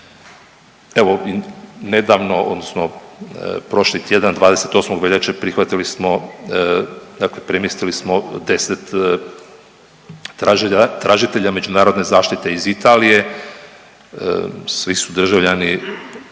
Evo nedavno, odnosno prošli tjedan 28. veljače prihvatili smo, dakle premjestili smo 10 tražitelja međunarodne zaštite iz Italije. Svi su državljani